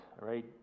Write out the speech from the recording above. right